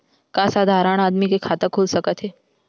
का साधारण आदमी के खाता खुल सकत हे?